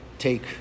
take